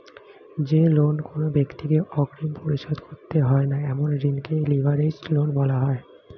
যে লোন কোনো ব্যাক্তিকে অগ্রিম পরিশোধ করতে হয় না এমন ঋণকে লিভারেজড লোন বলা হয়